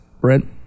Brent